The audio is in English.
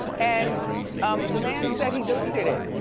and the man said he deleted it.